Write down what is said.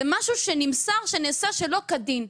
זה משהו שנמסר, שנעשה שלא כדין.